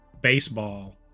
baseball